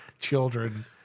children